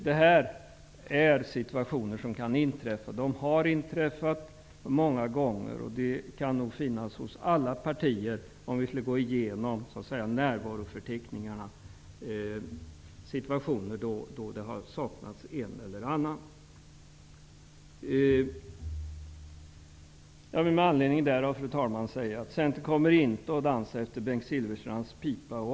Det här är situationer som kan inträffa och har inträffat många gånger. Det har hos varje parti uppstått situationer då en eller annan har saknats. Med anledning härav vill jag, fru talman, säga att Centern inte kommer att dansa efter Bengt Silfverstrands pipa.